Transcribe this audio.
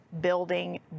building